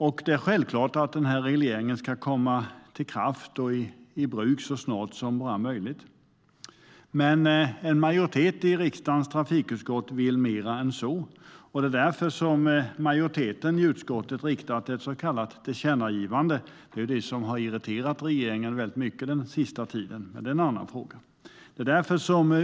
Och regleringen ska självklart träda i kraft så snart som möjligt. En majoritet i riksdagens trafikutskott vill dock mer än så. Därför har majoriteten i utskottet riktat ett så kallat tillkännagivande till regeringen - tillkännagivanden har irriterat regeringen mycket under den sista tiden men det är en annan fråga.